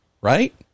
right